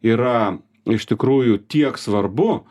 yra iš tikrųjų tiek svarbu